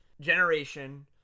generation